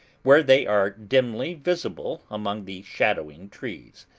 where they are dimly visible among the shadowing trees.